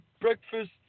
breakfast